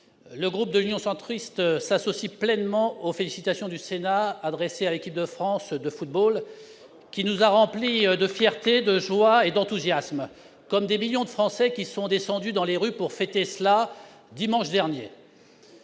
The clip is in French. Le groupe Union Centriste s'associe pleinement aux félicitations du Sénat adressées à l'équipe de France de football, qui nous a remplis de fierté, de joie et d'enthousiasme, comme des millions de Français qui sont descendus dans les rues pour fêter cet événement dimanche dernier.